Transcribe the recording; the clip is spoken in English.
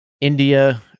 India